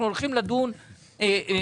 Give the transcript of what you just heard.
אנחנו הולכים לדון עכשיו,